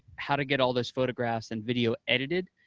how to get all this photographs and video edited,